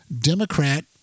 Democrat